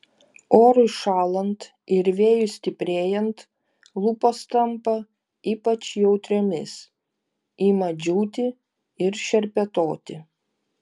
orui šąlant ir vėjui stiprėjant lūpos tampa ypač jautriomis ima džiūti ir šerpetoti